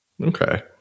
Okay